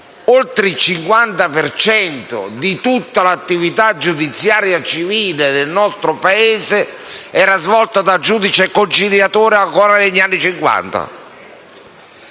per cento di tutta l'attività giudiziaria civile del nostro Paese era svolta dal giudice conciliatore ancora negli anni